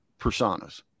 personas